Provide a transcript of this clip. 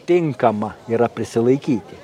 tinkama yra prisilaikyti